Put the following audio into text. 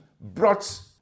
brought